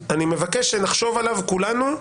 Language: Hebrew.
אני מבקש שנחשוב עליו כולנו.